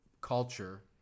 culture